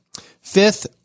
Fifth